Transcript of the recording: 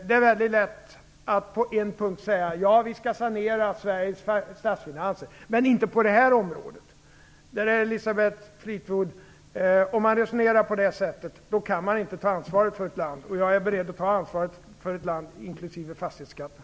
Det är väldigt lätt att på en punkt säga: Ja, vi skall sanera Sveriges statsfinanser, men inte på det här området. Om man resonerar på det sättet, Elisabeth Fleetwood, kan man inte ta ansvaret för ett land. Jag är beredd att ta ansvaret för ett land, inklusive fastighetsskatten.